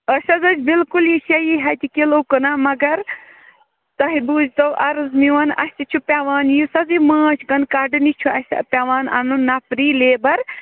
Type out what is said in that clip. أسۍ حظ ٲسۍ بِلکُل یہِ شیٚیِی ہَتہِ کِلو کٕنان مگر تۄہہِ بوٗزتو عرض میٛون اَسہِ چھُ پیٚوان یُس حظ یہِ مانٛچھ گَن کَڈنہِ چھُ اَسہِ پیٚوان اَنُن نفری لیٚبَر